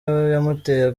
yamuteye